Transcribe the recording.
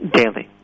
daily